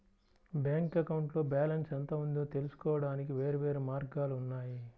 bank అకౌంట్లో balance ఎంత ఉందో తెలుసుకోవడానికి వేర్వేరు మార్గాలు ఉన్నాయి